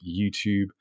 YouTube